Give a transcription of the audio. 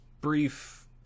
brief